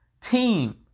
team